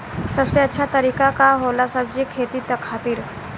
सबसे अच्छा तरीका का होला सब्जी के खेती खातिर?